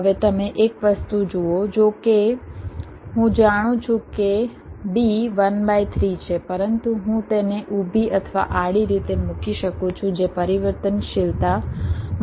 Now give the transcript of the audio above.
હવે તમે એક વસ્તુ જુઓ જો કે હું જાણું છું કે B 1 બાય 3 છે પરંતુ હું તેને ઊભી અથવા આડી રીતે મૂકી શકું છું જે પરિવર્તનશીલતા મારી પાસે છે